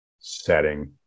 setting